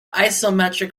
isometric